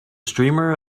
streamer